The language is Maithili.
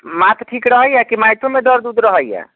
माथ ठीक रहैया कि माथोमे दर्द ओर्द रहैया